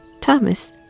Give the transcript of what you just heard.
Thomas